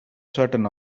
certain